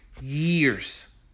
years